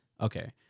Okay